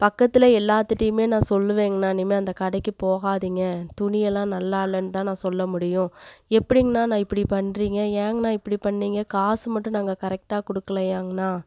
பக்கத்தில் எல்லாத்துகிட்டயுமே நான் சொல்லுவேங்கண்ணா இனிமேல் அந்த கடைக்கி போகாதீங்க துணியெல்லாம் நல்லா இல்லைன்தான் நான் சொல்ல முடியும் எப்படிங்ண்ணா இப்படி பண்றீங்க ஏங்கண்ணா இப்படி பண்ணீங்க காஸு மட்டும் நாங்கள் கரெக்டாக கொடுக்கலயாங்ண்ணா